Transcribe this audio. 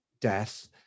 death